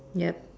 yup